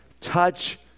Touch